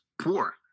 poor